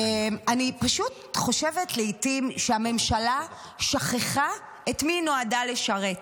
אני פשוט חושבת לעיתים שהממשלה שכחה את מי היא נועדה לשרת.